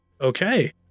Okay